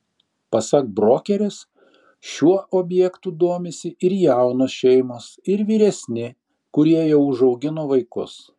pasak brokerės šiuo objektu domisi ir jaunos šeimos ir vyresni kurie jau užaugino vaikus